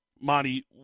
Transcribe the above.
Monty